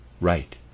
right